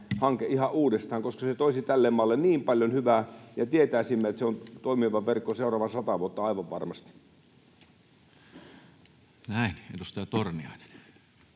ihan uudestaan, koska se toisi tälle maalle niin paljon hyvää, ja tietäisimme, että se on toimiva verkko seuraavat sata vuotta aivan varmasti? Näin. — Edustaja Torniainen.